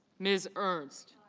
mr. ernst